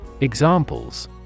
Examples